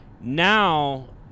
Now